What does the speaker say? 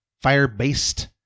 fire-based